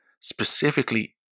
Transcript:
specifically